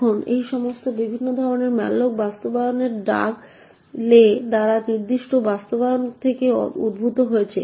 এখন এই সমস্ত বিভিন্ন ধরণের malloc বাস্তবায়ন ডাগ লে দ্বারা একটি নির্দিষ্ট বাস্তবায়ন থেকে উদ্ভূত হয়েছে